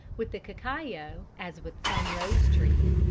with the cacao, as with some rose trees,